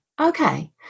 Okay